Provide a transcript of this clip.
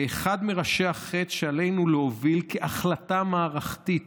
ואחד מראשי החץ שעלינו להוביל כהחלטה מערכתית